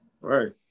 Right